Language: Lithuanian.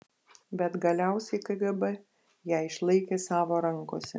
bet galiausiai kgb ją išlaikė savo rankose